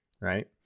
right